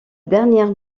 dernière